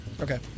Okay